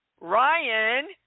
Ryan